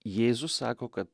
jėzus sako kad